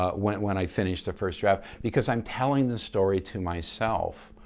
ah when when i finish the first draft. because i am telling the story to myself.